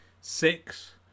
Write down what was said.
Six